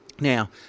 Now